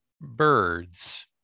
Birds